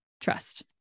trust